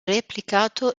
replicato